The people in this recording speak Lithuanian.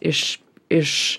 iš iš